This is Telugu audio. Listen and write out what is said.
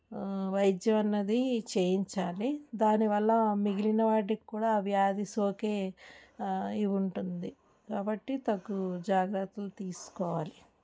వైద్యం అన్నది చేయించాలి దానివల్ల మిగిలిన వాటికి కూడా ఆ వ్యాధి సోకే ఇవి ఉంటుంది కాబట్టి తగు జాగ్రత్తలు తీసుకోవాలి